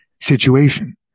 situation